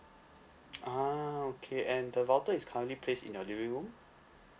ah okay and the router is currently place in your room